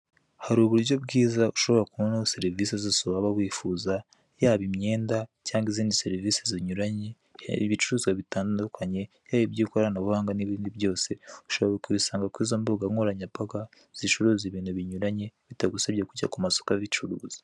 Hari uburyo bwiza ushobora kubonaho serivise zose waba wifuza yaba imyenda, cyangwa izindi serivise zinyuranye ibicuruzwa bitandukanye yaba iby'ikoranabuhanga nibindi byose ushobora kubisanga kuri izo mbugankoranyambaga zicuruza ibintu binyuranye, bitagusabye kujya kumasoko abicuruza.